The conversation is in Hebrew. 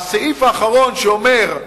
הסעיף האחרון שאומר: